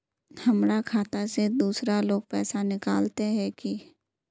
हमर खाता से दूसरा लोग पैसा निकलते है की?